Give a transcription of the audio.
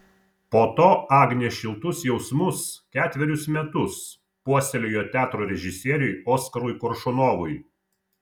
po to agnė šiltus jausmus ketverius metus puoselėjo teatro režisieriui oskarui koršunovui